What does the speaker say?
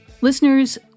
Listeners